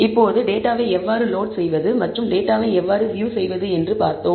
இப்போது டேட்டாவை எவ்வாறு லோட் செய்வது மற்றும் டேட்டாவை எவ்வாறு வியூ செய்வது என்பதைப் பார்த்தோம்